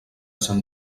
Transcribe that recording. sant